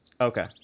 Okay